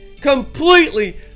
completely